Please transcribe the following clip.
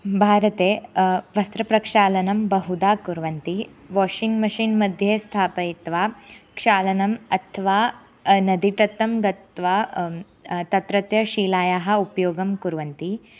भारते वस्त्रप्रक्षालनं बहुधा कुर्वन्ति वाषिङ्ग् मिषिन् मध्ये स्थापयित्वा क्षालनम् अथवा नदीतटं गत्वा तत्रत्य शीलायाः उपयोगं कुर्वन्ति